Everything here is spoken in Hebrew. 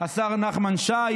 השר נחמן שי,